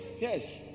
Yes